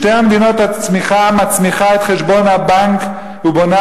בשתי המדינות הצמיחה מצמיחה את חשבון הבנק ובונה